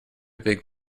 big